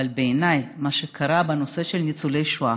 אבל בעיניי מה שקרה בנושא של ניצולי שואה